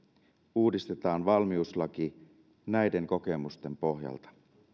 uudistetaan valmiuslaki näiden kokemusten pohjalta